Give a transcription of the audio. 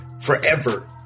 forever